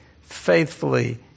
faithfully